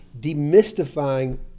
demystifying